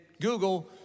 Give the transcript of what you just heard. Google